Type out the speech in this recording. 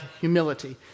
humility